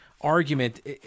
argument